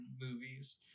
movies